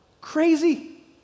Crazy